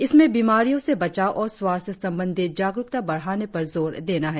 इसमें बीमारियों से बचाव और स्वास्थ्य संबंधी जागरुकता बढ़ाने पर जोर देना है